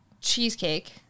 Cheesecake